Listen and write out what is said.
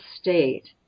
state